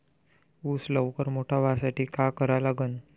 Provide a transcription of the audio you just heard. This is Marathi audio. ऊस लवकर मोठा व्हासाठी का करा लागन?